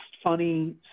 funny